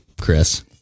Chris